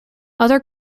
other